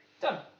done